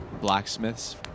blacksmith's